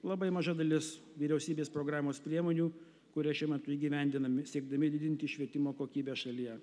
labai maža dalis vyriausybės programos priemonių kurias šiuo metu įgyvendiname siekdami didinti švietimo kokybę šalyje